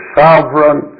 sovereign